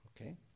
Okay